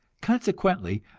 consequently,